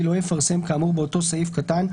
מציגים סעיף מתוקן.